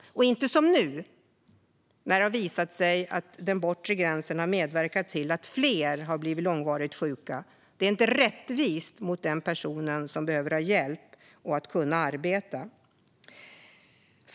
Det får inte bli som nu när det har visat sig att den bortre gränsen har medverkat till att fler har blivit långvarigt sjuka. Detta är inte rättvist mot den person som behöver hjälp för att kunna arbeta.